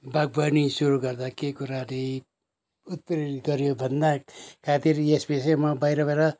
बागवानी सुरु गर्दा के कुराले उत्प्रेरित गऱ्यो भन्दा खातिर यस विषयमा बाहिर बाहिर